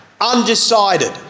undecided